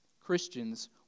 Christians